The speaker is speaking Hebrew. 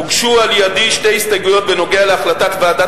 הוגשו על-ידי שתי הסתייגויות בעניין החלטת ועדת